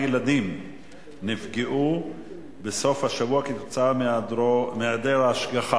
ילדים נפגעו בסוף השבוע כתוצאה מהיעדר השגחה,